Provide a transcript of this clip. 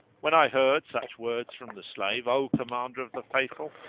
when i heard such words from the slave, o commander of the faithful,